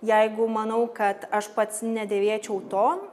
jeigu manau kad aš pats nedėvėčiau to